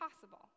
possible